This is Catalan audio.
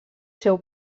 seu